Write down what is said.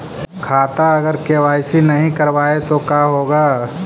खाता अगर के.वाई.सी नही करबाए तो का होगा?